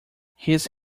his